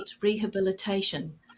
rehabilitation